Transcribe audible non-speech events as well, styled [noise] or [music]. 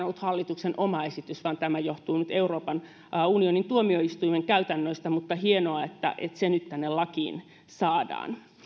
[unintelligible] ollut hallituksen oma esitys vaan tämä johtuu nyt euroopan unionin tuomioistuimen käytännöistä mutta hienoa että se nyt tänne lakiin saadaan